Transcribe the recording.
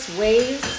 ways